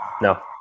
No